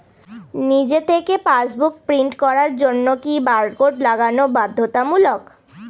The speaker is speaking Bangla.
নিজে থেকে পাশবুক প্রিন্ট করার জন্য কি বারকোড লাগানো বাধ্যতামূলক?